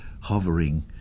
hovering